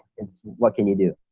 it's what can you do?